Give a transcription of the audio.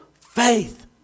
faith